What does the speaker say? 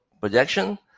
projection